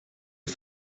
ihr